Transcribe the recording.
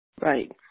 Right